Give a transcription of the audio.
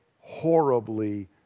horribly